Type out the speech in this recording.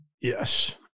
Yes